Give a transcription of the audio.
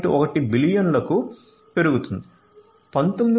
1 బిలియన్లకు పెరుగుతుంది